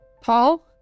Paul